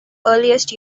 earliest